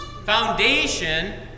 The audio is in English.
foundation